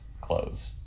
clothes